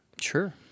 Sure